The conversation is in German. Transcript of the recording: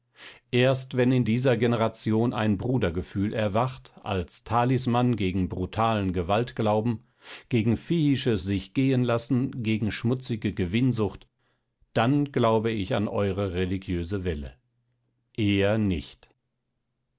erst wenn in dieser generation ein brudergefühl erwacht als talisman gegen brutalen gewaltglauben gegen viehisches sichgehenlassen gegen schmutzige gewinnsucht dann glaube ich an eure religiöse welle eher nicht